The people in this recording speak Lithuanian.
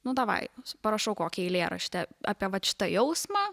nu davai parašau kokį eilėraštį apie vat šitą jausmą